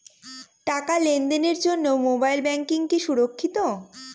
টাকা লেনদেনের জন্য মোবাইল ব্যাঙ্কিং কি সুরক্ষিত?